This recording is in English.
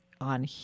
on